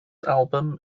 album